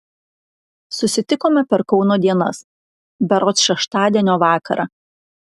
susitikome per kauno dienas berods šeštadienio vakarą